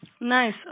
Nice